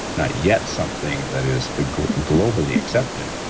not yet something that is ah globally accepted,